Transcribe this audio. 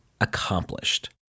accomplished